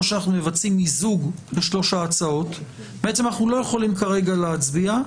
או שאנחנו מבצעים מיזוג לשלוש ההצעות ואז אנחנו לא יכולים כרגע להצביע,